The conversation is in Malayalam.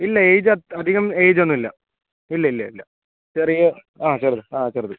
ഇല്ല ഏജ് അധികം ഏജ് ഒന്നും ഇല്ല ഇല്ല ഇല്ല ഇല്ല ചെറിയ ആ ചെറുത് ആ ചെറുത്